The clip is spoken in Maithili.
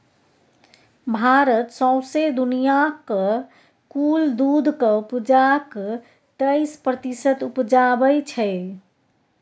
भारत सौंसे दुनियाँक कुल दुधक उपजाक तेइस प्रतिशत उपजाबै छै